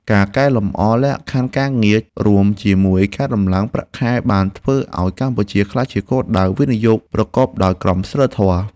ការកែលម្អលក្ខខណ្ឌការងាររួមជាមួយការដំឡើងប្រាក់ខែបានធ្វើឱ្យកម្ពុជាក្លាយជាគោលដៅវិនិយោគប្រកបដោយក្រមសីលធម៌។